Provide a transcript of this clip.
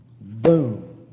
Boom